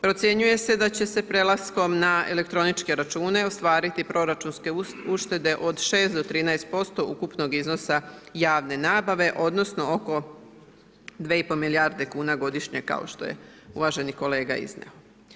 Procjenjuje se da će se prelaskom na elektroničke račune ostvariti proračunske uštede od 6 do 13% ukupnog iznosa javne nabave, odnosno oko 2 i pol milijarde kuna godišnje, kao što je uvaženi kolega iznio.